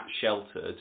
sheltered